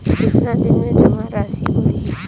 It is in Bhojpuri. कितना दिन में जमा राशि बढ़ी?